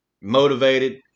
motivated